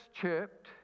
chirped